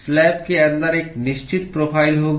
slab के अंदर एक निश्चित प्रोफ़ाइल होगी